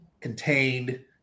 contained